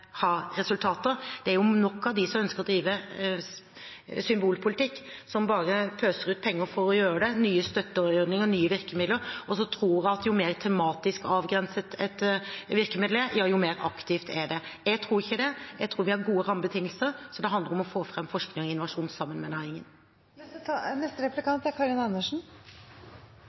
resultater. Det er nok av dem som ønsker å drive symbolpolitikk, som bare pøser ut penger for å gjøre det, til nye støtteordninger og nye virkemidler, og som tror at jo mer tematisk avgrenset et virkemiddel er, jo mer aktivt er det. Jeg tror ikke det. Jeg tror vi har gode rammebetingelser, så det handler om å få fram forskning og innovasjon sammen med næringen. Jeg synes det er